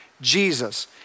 Jesus